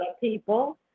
people